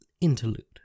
interlude